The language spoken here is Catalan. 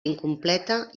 incompleta